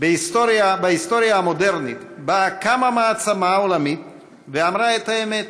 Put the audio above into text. בהיסטוריה המודרנית שבה קמה מעצמה עולמית ואמרה את האמת: